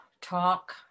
talk